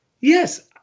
yes